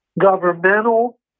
governmental